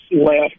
left